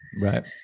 right